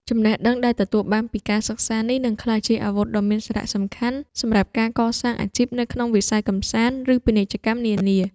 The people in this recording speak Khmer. ចំណេះដឹងដែលទទួលបានពីការសិក្សានេះនឹងក្លាយជាអាវុធដ៏មានសារៈសំខាន់សម្រាប់ការកសាងអាជីពនៅក្នុងវិស័យកម្សាន្ត ឬ ពាណិជ្ជកម្មនានា។